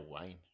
Wayne